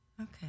Okay